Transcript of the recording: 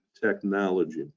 technology